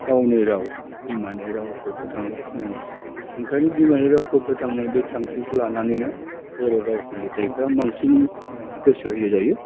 गावनि राव बिमानि रावफोरखौ फोथांना लाखिनांगोन ओंखायनो बिमानि रावखौ फोथांनो बे थांखिखौ लानानैनो बर' रावखौ लिरनायखौ आं बांसिन गोसो होयो जायो